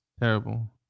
Terrible